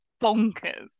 bonkers